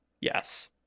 Yes